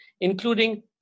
including